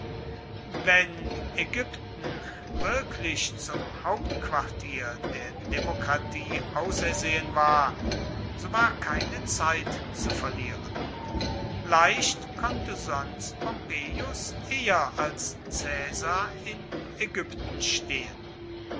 wenn ägypten wirklich zum hauptquartier der demokratie ausersehen war so war keine zeit zu verlieren leicht konnte sonst pompeius eher als caesar in ägypten stehen